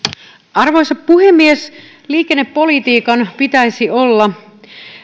arvoisa puhemies liikennepolitiikan pitäisi olla